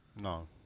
No